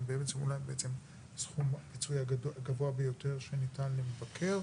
עם אולי סכום פיצוי הגבוה ביותר שניתן למבקר.